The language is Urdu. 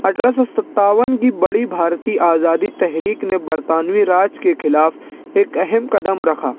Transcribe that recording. اٹھارہ سو ستاون کی بڑی بھارتی آزادی تحریک نے برطانوی راج کے خلاف ایک اہم قدم رکھا